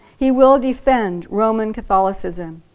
he will defend roman catholicism.